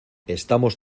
estamos